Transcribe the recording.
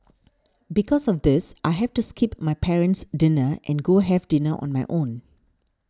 because of this I have to skip my parent's dinner and go have dinner on my own